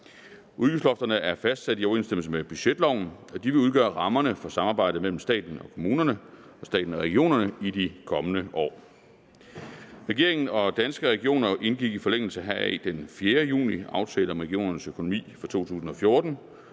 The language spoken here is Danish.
Udgiftslofterne er fastsat i overensstemmelse med budgetloven, og de vil udgøre rammerne for samarbejdet mellem staten og kommunerne og staten og regionerne i de kommende år. Regeringen og Danske Regioner indgik i forlængelse heraf den 4. juni en aftale om regionernes økonomi for 2014,